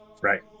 Right